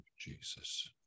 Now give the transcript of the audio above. Jesus